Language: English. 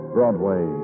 Broadway